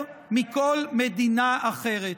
יותר מכל מדינה אחרת.